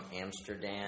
Amsterdam